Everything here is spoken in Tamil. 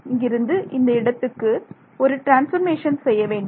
இங்கிருந்து இந்த இடத்துக்கு ஒரு ட்ரான்ஸ்ஃபர்மேஷன் செய்ய வேண்டும்